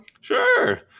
Sure